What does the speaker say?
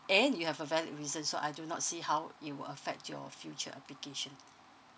and you have a valid reason so I do not see how it will affect your future application